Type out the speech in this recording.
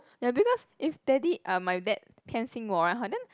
ya because if daddy uh my dad 偏心我 ah 然后 then